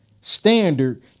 standard